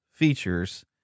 Features